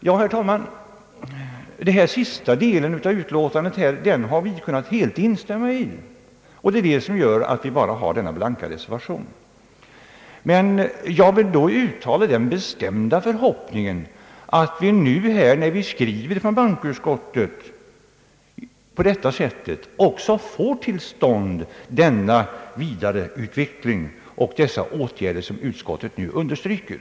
Herr talman! Denna sista del av utlåtandet har vi helt kunnat instämma i, och det är det som gör att vi avgivit bara denna blanka reservation. Men jag vill då uttala den bestämda förhoppningen, att vi också när bankoutskottet skriver på detta sätt får till stånd den vidareutveckling och de åtgärder som utskottet här understryker.